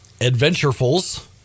Adventurefuls